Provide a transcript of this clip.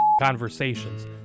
conversations